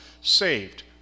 saved